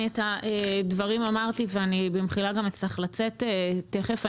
אמרתי את הדברים, ובמחילה, אני אצטרך לצאת תכף.